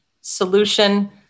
solution